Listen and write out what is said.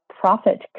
Profit